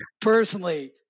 personally